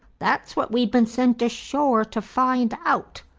that's what we've been sent ashore to find out,